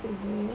is it